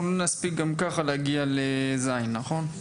אנחנו לא נספיק גם כך להגיע ל-(ז), נכון?